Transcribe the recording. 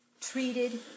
treated